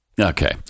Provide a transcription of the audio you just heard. Okay